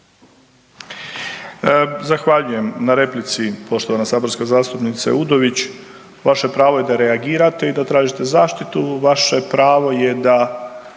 Zahvaljujem na replici, poštovana saborska zastupnice Udović. Vaše pravo je da reagirati i da tražite zaštitu, vaše pravo je da